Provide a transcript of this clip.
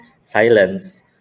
silence